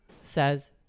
says